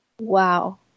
wow